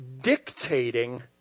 dictating